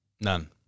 None